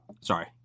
sorry